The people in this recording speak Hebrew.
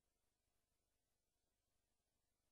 הזה, הוא הורג אותנו.